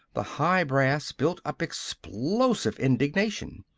the high brass built up explosive indignation.